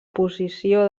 posició